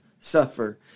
suffer